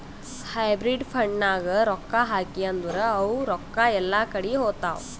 hybrid ಫಂಡ್ನಾಗ್ ರೊಕ್ಕಾ ಹಾಕಿ ಅಂದುರ್ ಅವು ರೊಕ್ಕಾ ಎಲ್ಲಾ ಕಡಿ ಹೋತ್ತಾವ್